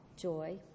joy